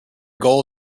goal